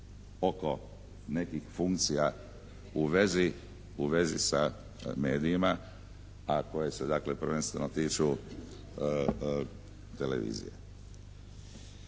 oko nekih funkcija u vezi sa medijima, a koje se dakle prvenstveno tiču televizije.